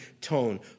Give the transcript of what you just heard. tone